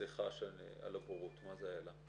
סליחה על הבורות, מה זה איל"ה?